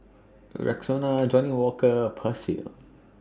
Rexona Johnnie Walker and Persil